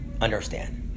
understand